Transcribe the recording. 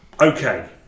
Okay